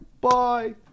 bye